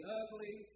ugly